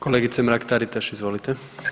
Kolegice Mrak Taritaš, izvolite.